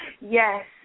yes